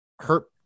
hurt